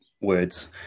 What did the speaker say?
words